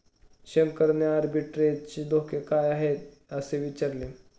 शंकरने आर्बिट्रेजचे धोके काय आहेत, असे विचारले